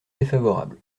défavorable